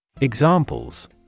Examples